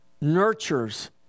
nurtures